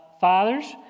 Fathers